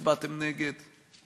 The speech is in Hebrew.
הצבעתם נגד.